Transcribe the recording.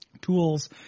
tools